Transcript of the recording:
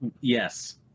Yes